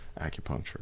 acupuncture